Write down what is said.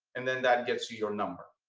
and then that gets you your number.